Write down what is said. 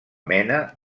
mena